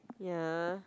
ya